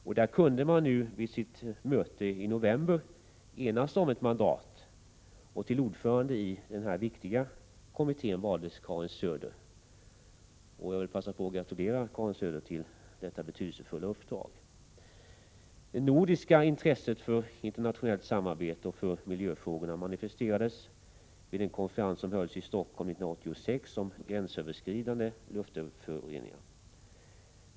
Vid dess möte i november kunde man enas om ett mandat, och till ordförande i denna viktiga kommitté valdes Karin Söder. Jag vill passa på att gratulera Karin Söder till detta betydelsefulla uppdrag. Det nordiska intresset för internationellt samarbete och för miljöfrågorna manifesterades vid den konferens som hölls i Stockholm 1986 om gränsöverskridande luftföroreningar.